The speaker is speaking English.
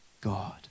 God